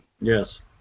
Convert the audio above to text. Yes